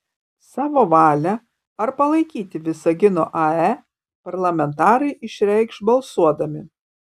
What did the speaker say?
savo valią ar palaikyti visagino ae parlamentarai išreikš balsuodami